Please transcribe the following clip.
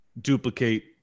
duplicate